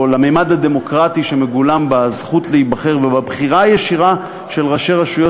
או: לממד הדמוקרטי שמגולם בזכות להיבחר ובבחירה הישירה של ראשי רשויות.